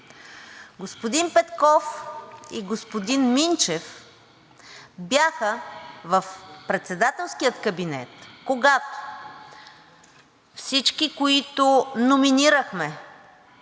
Господин Петков и господин Минчев бяха в председателския кабинет, когато всички, които номинирахме